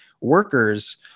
workers